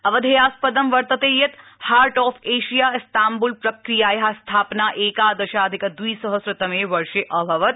अवधेयास्पदं वर्तते यत् हार्ट ऑफ एशिया इस्ताम्ब्ल प्रक्रियाया स्थापना एकादशाधिक द्विसहस्त्रतमे वर्षे अभवत्